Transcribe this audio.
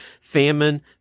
famine